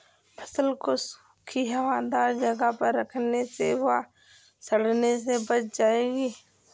फसल को सूखी, हवादार जगह पर रखने से वह सड़ने से बच जाएगी